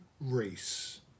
race